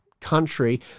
Country